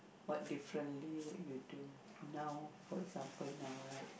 what differently would you do now for example now right